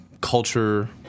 culture